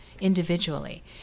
individually